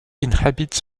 inhabits